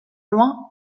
loin